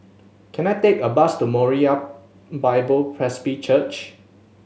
can I take a bus to Moriah Bible Presby Church